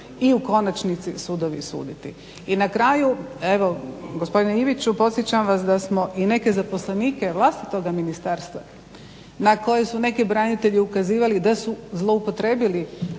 i u konačnici sudovi suditi. I na kraju evo gospodine Iviću podsjećam vas da smo i neke zaposlenike vlastitoga ministarstva na koje su neki branitelji ukazivali da su zloupotrebili